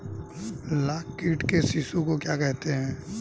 लाख कीट के शिशु को क्या कहते हैं?